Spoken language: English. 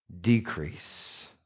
decrease